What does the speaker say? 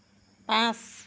পাঁচ